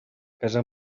casar